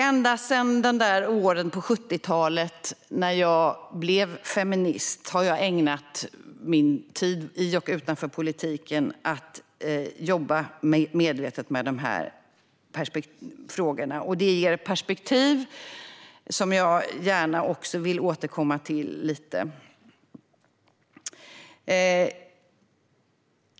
Ända sedan de där åren på 70-talet när jag blev feminist har jag ägnat min tid i och utanför politiken åt att jobba medvetet med dessa frågor. Det ger perspektiv som jag gärna vill återkomma lite till.